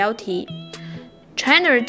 China